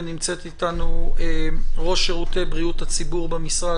ונמצאת איתנו ראש שירותי בריאות הציבור במשרד,